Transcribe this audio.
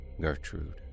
Gertrude